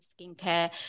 skincare